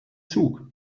zug